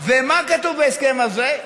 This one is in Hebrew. ומה כתוב בהסכם הזה?